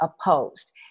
opposed